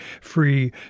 free